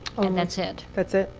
and that's it. that's it?